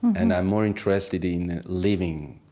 and i'm more interested in living